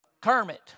Kermit